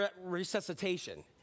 resuscitation